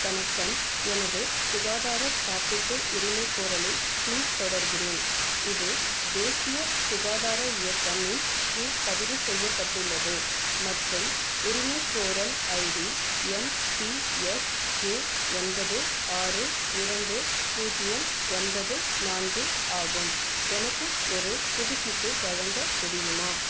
வணக்கம் எனது சுகாதாரக் காப்பீட்டு உரிமைக்கோரலை பின் தொடர்கிறேன் இது தேசிய சுகாதார இயக்கம் இன் கீழ் பதிவு செய்யப்பட்டுள்ளது மற்றும் உரிமைக்கோரல் ID M P S J ஒன்பது ஆறு இரண்டு பூஜ்ஜியம் ஒன்பது நான்கு ஆகும் எனக்கு ஒரு புதுப்பிப்பை வழங்க முடியுமா